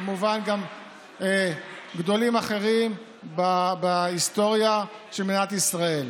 כמובן גם גדולים אחרים בהיסטוריה של מדינת ישראל.